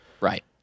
Right